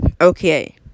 Okay